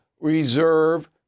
reserve